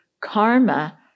karma